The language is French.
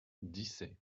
dissay